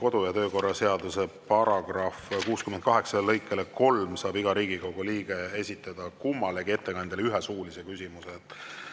kodu- ja töökorra seaduse § 68 lõikele 3 saab iga Riigikogu liige esitada kummalegi ettekandjale ühe suulise küsimuse.